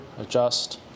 adjust